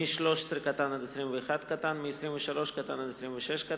(13) (21) ו-(23) (26),